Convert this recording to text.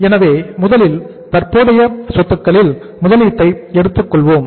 எனவே முதலில் தற்போதைய சொத்துக்களில் முதலீட்டை எடுத்துக்கொள்வோம்